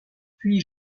puis